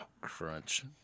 Crunch